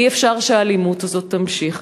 אי-אפשר שהאלימות הזאת תימשך.